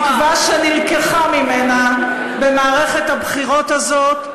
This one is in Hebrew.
תקווה שנלקחה ממנה במערכת הבחירות הזאת,